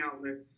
outlets